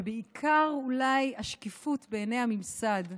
ובעיקר אולי השקיפות בעיני הממסד,